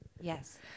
Yes